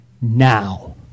now